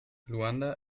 luanda